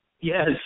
Yes